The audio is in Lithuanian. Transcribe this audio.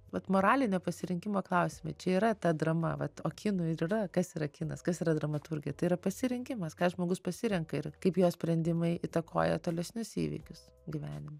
vat moralinio pasirinkimo klausimai čia yra ta drama vat o kinui ir yra kas yra kinas kas yra dramaturgija tai yra pasirinkimas ką žmogus pasirenka ir kaip jo sprendimai įtakoja tolesnius įvykius gyvenime